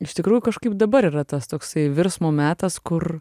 iš tikrųjų kažkaip dabar yra tas toksai virsmo metas kur